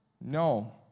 No